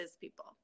people